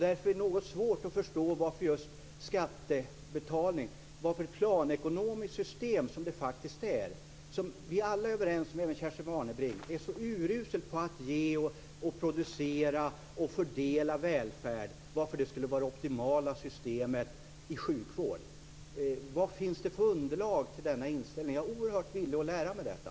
Därför är det något svårt att förstå varför ett planekonomiskt system - som det faktiskt är - som vi alla, och även Kerstin Warnerbring, är överens om är så uruselt på att ge och producera och fördela välfärd skulle vara det optimala systemet för sjukvården. Vad finns det för underlag till denna inställning? Jag är oerhört villig att lära mig detta.